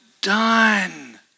done